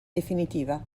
definitiva